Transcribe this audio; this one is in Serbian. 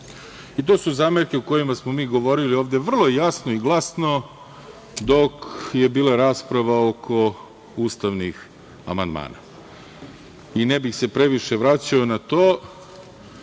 su zamerke o kojima smo mi govorili ovde vrlo jasno i glasno dok je bila rasprava oko ustavnih amandmana i ne bih se previše vraćao na to.